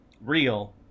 real